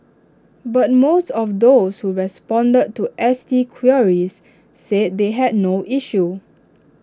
but most of those who responded to S T queries said they had no issue